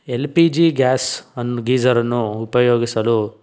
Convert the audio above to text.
L P G ಗ್ಯಾಸನ್ನು ಗೀಝರನ್ನು ಉಪಯೋಗಿಸಲು